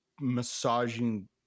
massaging